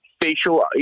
facial